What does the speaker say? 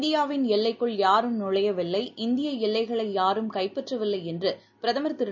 இந்தியாவின் எல்லைக்குள் யாரும் நுழையவில்லை இந்தியஎல்லைகளையாரும் கைப்பற்றவில்லைஎன்றுபிரதமர் திரு